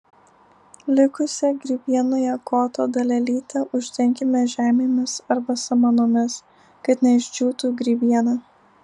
likusią grybienoje koto dalelytę uždenkime žemėmis arba samanomis kad neišdžiūtų grybiena